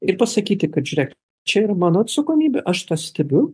ir pasakyti kad žiūrėk čia ir mano atsakomybė aš stebiu